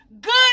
Good